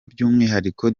by’umwihariko